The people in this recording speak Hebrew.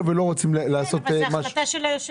ולא רוצים לעשות משהו --- זאת החלטה של היושב-ראש.